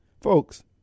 Folks